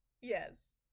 Yes